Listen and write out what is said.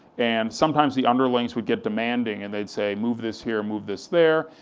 and sometimes the underlings would get demanding, and they'd say, move this here, move this there,